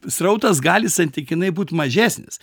srautas gali santykinai būt mažesnis